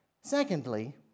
Secondly